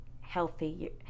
healthy